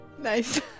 Nice